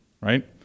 Right